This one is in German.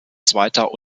zweiter